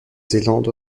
zélande